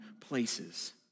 places